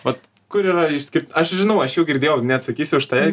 vat kur yra išskirti aš žinau aš girdėjau neatsakysiu už tave